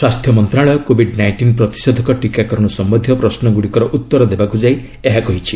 ସ୍ୱାସ୍ଥ୍ୟ ମନ୍ତ୍ରଣାଳୟ covid nineteen ପ୍ରତିଷେଧକ ଟୀକାକରଣ ସମ୍ୟନ୍ଧୀୟ ପ୍ରଶ୍ନଗୁଡ଼ିକର ଉତ୍ତର ଦେବାକୁ ଯାଇ ଏହା କହିଛି